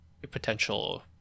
Potential